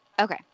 Okay